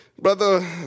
brother